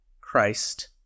Christ